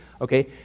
okay